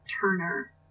Turner